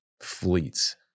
Fleets